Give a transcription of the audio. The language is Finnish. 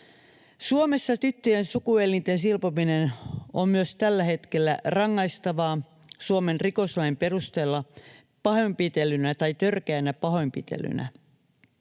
Suomessa tyttöjen sukuelinten silpominen on myös tällä hetkellä rangaistavaa Suomen rikoslain perusteella pahoinpitelynä tai törkeänä pahoinpitelynä.